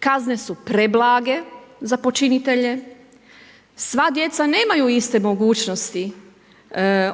kazne su preblage za počinitelje, sva djeca nemaju iste mogućnosti